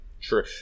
true